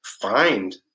find